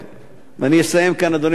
ואני אסיים כאן, אדוני היושב-ראש,